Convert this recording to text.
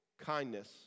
kindness